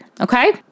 Okay